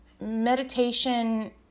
Meditation